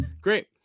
Great